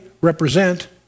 represent